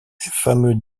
fameux